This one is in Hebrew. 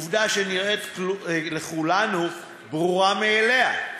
עובדה שנראית לכולנו ברורה מאליה,